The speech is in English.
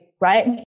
right